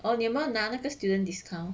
哦你有没有拿那个 student discount